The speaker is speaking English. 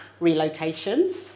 Relocations